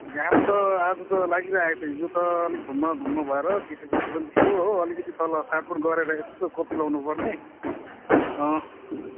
घाम त आज त लागिरहेको छ हिजो अलिक धुम्म धुम्म भएर चिसो चिसो पनि थियो हो अलिकति तल फाडफुड गरेर यसो कोपी लगाउनु पर्ने